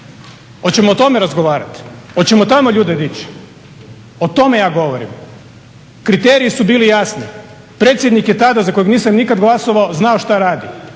Hoćemo o tome razgovarati? Hoćemo tamo ljude dići? O tome ja govorim. Kriteriji su bili jasni. Predsjednik je tada, za kojeg nisam nikad glasao, znao što radi.